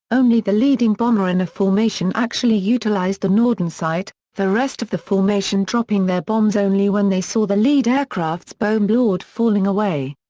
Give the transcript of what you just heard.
only the leading bomber in a formation actually utilized the norden sight, the rest of the formation dropping their bombs only when they saw the lead aircraft's bombload bombload falling away.